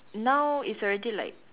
now it's already like